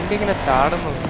the top of the